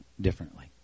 differently